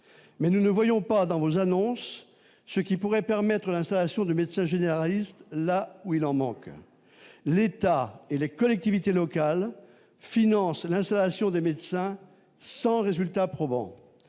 mais nous ne voyons pas dans vos annonces, ce qui pourrait permettre l'installation de médecins généralistes, là où il en manque, l'État et les collectivités locales, financer l'installation des médecins sans résultat probant